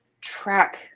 track